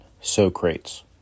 Socrates